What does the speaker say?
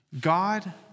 God